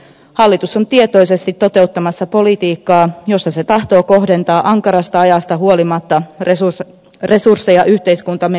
hallitus on tietoisesti toteuttamassa politiikkaa jossa se tahtoo kohdentaa ankarasta ajasta huolimatta resursseja yhteiskuntamme pienituloisimmille